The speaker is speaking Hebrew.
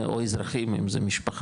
או אזרחים אם זה משפחה.